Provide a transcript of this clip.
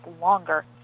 longer